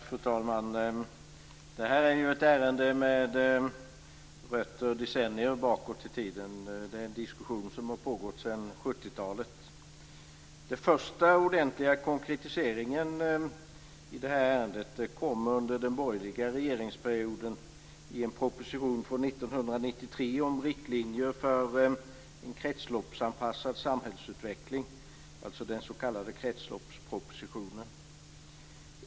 Fru talman! Detta är ett ärende med rötter decenniner tillbaka i tiden. Det är en diskussion som har pågått sedan 70-talet. Den första ordentliga konkretiseringen i ärendet kom under den borgerliga regeringsperioden i en proposition från 1993 om riktlinjer för en kretsloppsanpassad samhällsutveckling, den s.k. kretsloppspropositionen.